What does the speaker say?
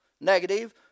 negative